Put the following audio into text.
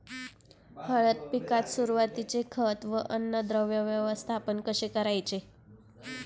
हळद पिकात सुरुवातीचे खत व अन्नद्रव्य व्यवस्थापन कसे करायचे?